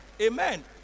Amen